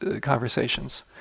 conversations